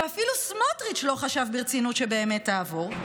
שאפילו סמוטריץ' לא חשב ברצינות שבאמת תעבור,